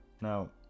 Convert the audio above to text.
Now